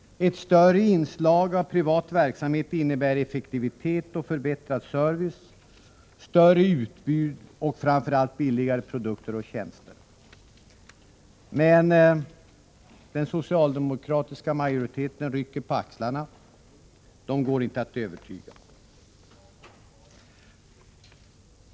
Ett större inslag av privat verksamhet innebär effektivitet och förbättrad service, större utbud och framför allt billigare produkter och tjänster. Men den socialdemokratiska majoriteten rycker på axlarna. De går inte att övertyga.